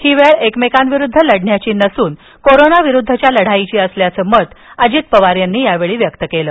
ही वेळ एकमेकांविरुद्ध लढण्याची नसून कोरोना विरुद्धच्या लढाईची असल्याचं मत अजित पवार यांनी यावेळी व्यक्त केलं